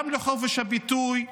גם לחופש ביטוי,